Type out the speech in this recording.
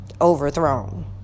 overthrown